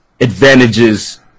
advantages